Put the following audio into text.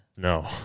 No